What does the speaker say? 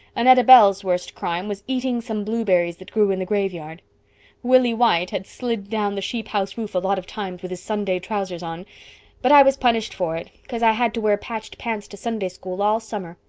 annetta bell's worst crime was eating some blueberries that grew in the graveyard willie white had slid down the sheephouse roof a lot of times with his sunday trousers on but i was punished for it cause i had to wear patched pants to sunday school all summer,